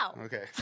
okay